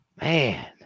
Man